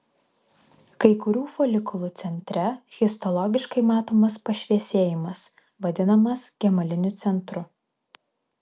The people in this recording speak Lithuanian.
kai kurių folikulų centre histologiškai matomas pašviesėjimas vadinamas gemaliniu centru